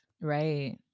Right